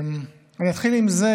אני אתחיל עם זה,